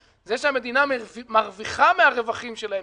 זה שהמדינה מרוויחה מהרווחים שלהן,